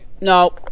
no